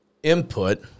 input